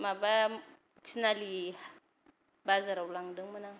माबा थिनालि बाजाराव लांदोंमोन आं